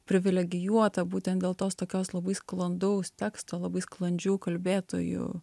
privilegijuota būtent dėl tos tokios labai sklandaus teksto labai sklandžių kalbėtojų